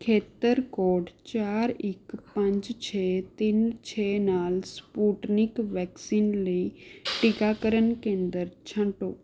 ਖੇਤਰ ਕੋਡ ਚਾਰ ਇੱਕ ਪੰਜ ਛੇ ਤਿੰਨ ਛੇ ਨਾਲ ਸਪੁਟਨਿਕ ਵੈਕਸੀਨ ਲਈ ਟੀਕਾਕਰਨ ਕੇਂਦਰ ਛਾਟੋਂ